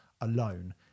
alone